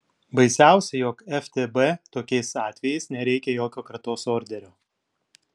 baisiausia jog ftb tokiais atvejais nereikia jokio kratos orderio